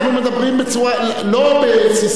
אנחנו מדברים לא בססמאות,